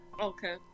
Okay